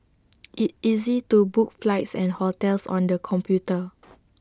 IT is easy to book flights and hotels on the computer